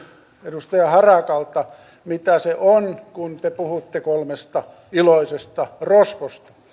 edustaja harakalta mitä se on kun te puhutte kolmesta iloisesta rosvosta